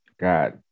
God